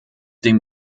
dem